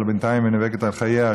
אבל בינתיים היא נאבקת על חייה,